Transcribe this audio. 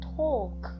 talk